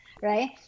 right